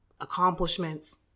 accomplishments